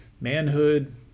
manhood